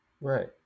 Right